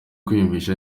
kwiyumvisha